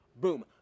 Boom